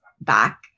back